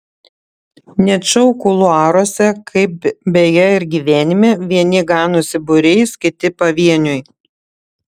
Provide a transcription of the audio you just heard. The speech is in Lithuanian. net šou kuluaruose kaip beje ir gyvenime vieni ganosi būriais kiti pavieniui